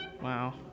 Wow